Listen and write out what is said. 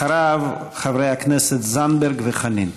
אחריו, חברי הכנסת זנדברג וחנין.